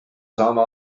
saame